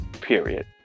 period